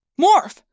Morph